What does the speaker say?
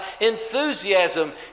enthusiasm